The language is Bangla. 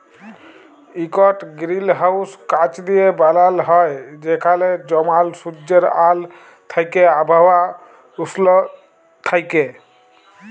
ইকট গিরিলহাউস কাঁচ দিঁয়ে বালাল হ্যয় যেখালে জমাল সুজ্জের আল থ্যাইকে আবহাওয়া উস্ল থ্যাইকে